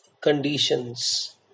conditions